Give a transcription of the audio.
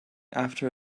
after